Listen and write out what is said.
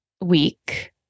week